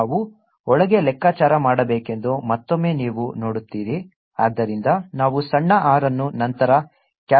ItI0αt ನಾವು ಒಳಗೆ ಲೆಕ್ಕಾಚಾರ ಮಾಡಬೇಕೆಂದು ಮತ್ತೊಮ್ಮೆ ನೀವು ನೋಡುತ್ತೀರಿ ಆದ್ದರಿಂದ ನಾವು ಸಣ್ಣ r ಅನ್ನು ನಂತರ ಕ್ಯಾಪಿಟಲ್ R ಗೆ ಸಮನಾಗಿರುತ್ತದೆ